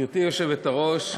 גברתי היושבת-ראש,